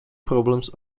problems